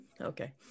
Okay